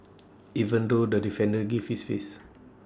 even though the defender gave this face